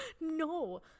No